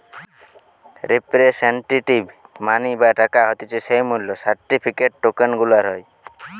representative money বা টাকা হতিছে যেই মূল্য সার্টিফিকেট, টোকেন গুলার হয়